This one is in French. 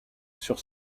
sur